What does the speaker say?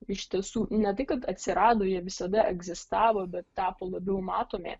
iš tiesų ne tai kad atsirado jie visada egzistavo bet tapo labiau matomi